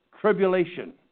tribulation